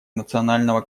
национального